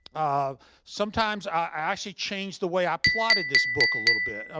um sometimes i actually change the way i plotted this book a little bit. ah